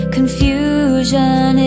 Confusion